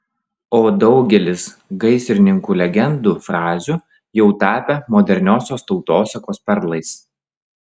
o daugelis gaisrininkų legendų frazių jau tapę moderniosios tautosakos perlais